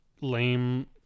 lame